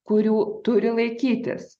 kurių turi laikytis